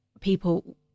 people